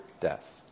death